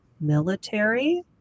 Military